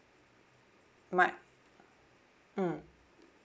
my mm